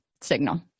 signal